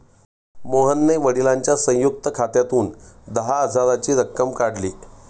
मोहनने वडिलांच्या संयुक्त खात्यातून दहा हजाराची रक्कम काढली